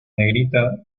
negrita